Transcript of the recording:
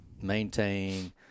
maintain